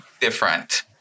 different